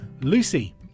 Lucy